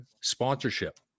sponsorship